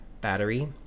battery